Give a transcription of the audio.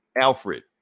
Alfred